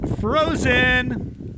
frozen